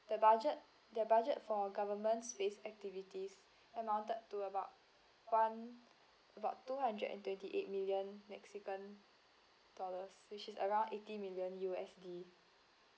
the budget the budget for governments space activities amounted to about one about two hundred and twenty eight million mexican dollars which is around eighty million U_S_D